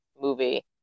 movie